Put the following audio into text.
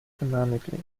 economically